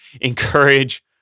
encourage